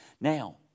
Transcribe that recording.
Now